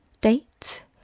Date